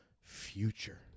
future